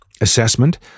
assessment